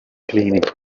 cleaning